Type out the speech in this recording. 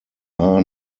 are